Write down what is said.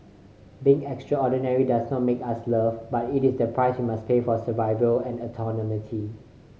being extraordinary does not make us loved but it is the price we must pay for survival and autonomy